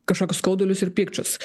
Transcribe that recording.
kažkokius skaudulius ir pykčius